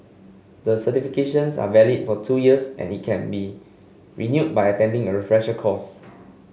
the certifications are valid for two years and can be renewed by attending a refresher course